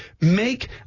make